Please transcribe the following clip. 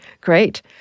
great